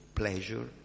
pleasure